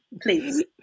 please